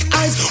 eyes